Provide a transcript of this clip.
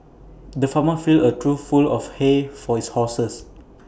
the farmer filled A trough full of hay for his horses